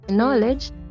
knowledge